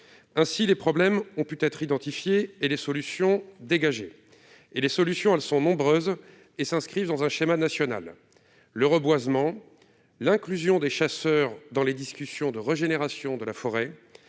Ainsi, les problèmes ont pu être identifiés, et les solutions dégagées. Les solutions, nombreuses, s'inscrivent dans un schéma national : le reboisement, l'inclusion des chasseurs dans les discussions de régénération de la forêt,